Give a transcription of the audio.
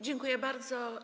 Dziękuję bardzo.